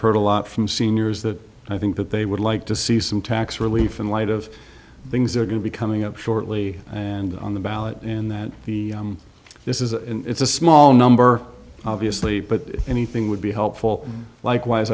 heard a lot from seniors that i think that they would like to see some tax relief in light of things they're going to be coming up shortly and on the ballot in that the this is a it's a small number obviously but anything would be helpful likewise